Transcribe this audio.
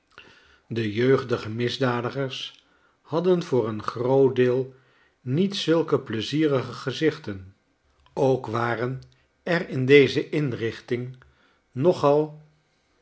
de jeugdige misdadigers hadden voor een groot deel niet zulke pleizierige gezichten ook waren er in deze inrichting nogal